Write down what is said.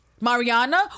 Mariana